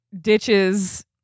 ditches